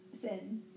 Sin